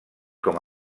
com